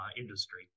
industry